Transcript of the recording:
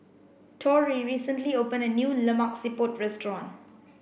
Torie recently opened a new Lemak Siput restaurant